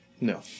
No